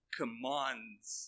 commands